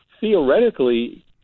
theoretically